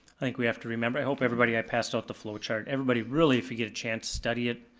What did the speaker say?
i think we have to remember, i hope everybody, i passed out the flowchart. everybody really if you get a chance, study it.